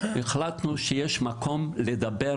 החלטנו שיש מקום לדבר